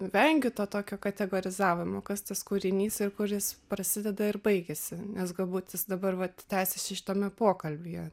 vengiu to tokio kategorizavimo kas tas kūrinys ir kur jis prasideda ir baigiasi nes galbūt jis dabar vat tęsiasi šitame pokalbyje